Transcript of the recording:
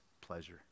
pleasure